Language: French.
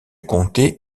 comté